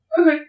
Okay